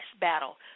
battle